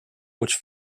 which